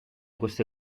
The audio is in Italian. queste